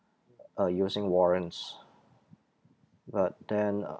uh using warrants but then